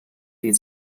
die